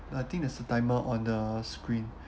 I think there's a timer on the screen